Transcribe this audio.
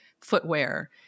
footwear